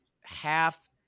half